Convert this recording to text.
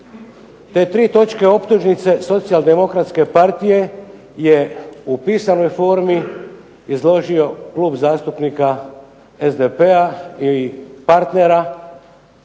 Te tri točke optužnice socijaldemokratske partije je u pisanoj formi izložio Klub zastupnika SDP-a i partnera,